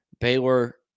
Baylor